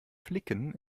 flicken